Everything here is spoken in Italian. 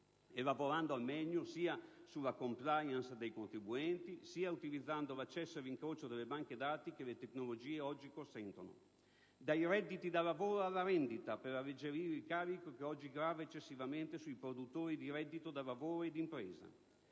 e lavorando al meglio sia sulla *compliance* dei contribuenti, sia utilizzando l'accesso e l'incrocio delle banche dati consentiti dalle tecnologie. Dai redditi da lavoro alla rendita, per alleggerire il carico che oggi grava eccessivamente sui produttori di reddito da lavoro e d'impresa.